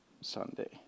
Sunday